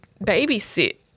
babysit